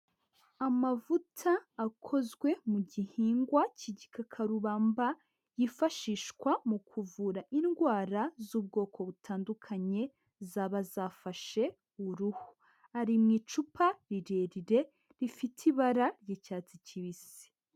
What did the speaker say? Amavuta akozwe mu gihingwa k'igikakarubamba, yifashishwa mu kuvura indwara z'ubwoko butandukanye zaba zafashe uruhu. Ari mu icupa rirerire, rifite ibara ry'icyatsi kibisi.